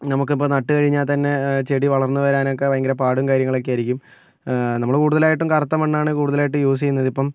നമുക്കിപ്പോൾ നട്ട് കഴിഞ്ഞാൽ തന്നെ ചെടി വളർന്ന് വരാനൊക്കെ ഭയങ്കര പാടും കാര്യങ്ങളൊക്കെയായിരിക്കും നമ്മൾ കൂടുതലായിട്ടും കറുത്ത മണ്ണാണ് കൂടുതലായിട്ടും യൂസ് ചെയ്യുന്നതിപ്പം